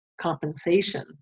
compensation